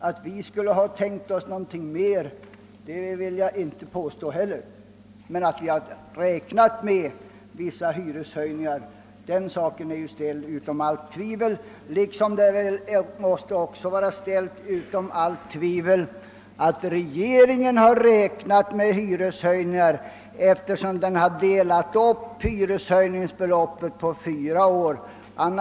Att vi skulle ha tänkt oss något mer vill jag inte heller påstå. Att det skulle blivit vissa hyreshöjningar är ställt utom allt tvivel. även regeringen måste ha räknat med hyreshöjningar, eftersom den delat upp hyreshöjningsbeloppet på fyra år.